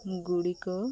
ଗୁଡ଼ିକୁ